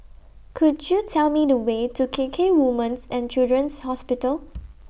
Could YOU Tell Me The Way to K K Women's and Children's Hospital